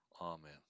Amen